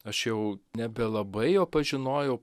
aš jau nebelabai jo pažinojau